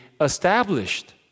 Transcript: established